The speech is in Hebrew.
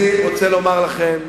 אני רוצה לומר לכם: